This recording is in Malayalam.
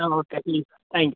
ആ ഓക്കെ സീ യൂ താങ്ക്സ്